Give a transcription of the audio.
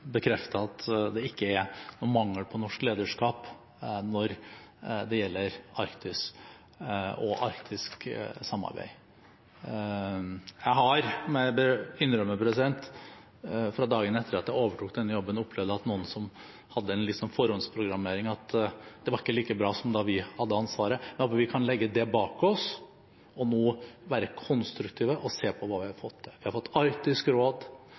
at det ikke er mangel på norsk lederskap når det gjelder Arktis og arktisk samarbeid. Jeg har – det må jeg innrømme – fra dagen etter at jeg overtok denne jobben, opplevd at det var noen som hadde en litt sånn forhåndsprogrammering, at «det var ikke like bra som da vi hadde ansvaret». Jeg håper vi kan legge det bak oss og være konstruktive og se på hva vi har fått til: Vi har fått Arktisk råd